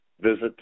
visit